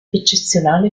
eccezionale